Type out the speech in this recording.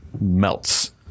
melts